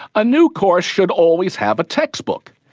a new course should always have a textbook.